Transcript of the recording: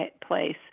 place